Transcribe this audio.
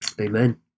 Amen